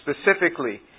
specifically